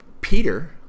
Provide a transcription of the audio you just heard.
Peter